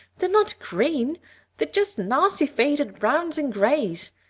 they're not green they're just nasty faded browns and grays.